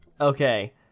Okay